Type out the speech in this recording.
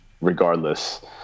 regardless